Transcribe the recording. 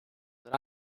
that